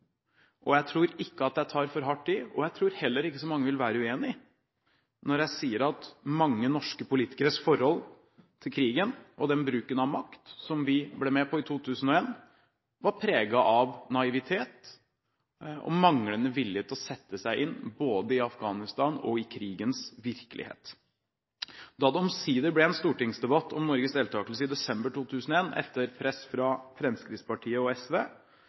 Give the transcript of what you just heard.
5. Jeg tror ikke at jeg tar for hardt i, og jeg tror heller ikke så mange vil være uenig når jeg sier at mange norske politikeres forhold til krigen og den bruken av makt som vi ble med på i 2001, var preget av naivitet og manglende vilje til å sette seg inn i både Afghanistans og krigens virkelighet. Da det omsider ble en stortingsdebatt om Norges deltagelse i desember 2001 – etter press fra Fremskrittspartiet og SV